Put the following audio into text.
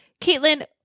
caitlin